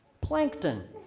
plankton